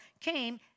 came